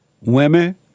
Women